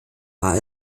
war